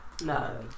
No